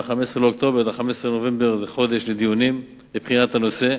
מ-15 באוקטובר עד 15 בנובמבר זה חודש לדיונים לבחינת הנושא,